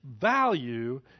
value